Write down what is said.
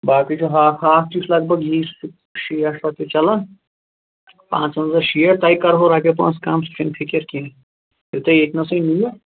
باقٕے چھُ ہاکھ ہاکھ چھُ لگ بگ یی سُہ شیٹھ رۄپیہِ چَلان پانٛژٕوَنٛزاہ شیٹھ تۄہہِ کَرہو رۄپیہِ پانژھ کَم سُہ چھَنہٕ فِکِر کِہیٖنٛۍ یہِ تۄہہِ ییٚتہِ نَسٕے نِیِو